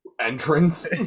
entrance